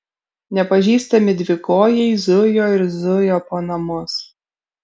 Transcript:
nepažįstami dvikojai zujo ir zujo po namus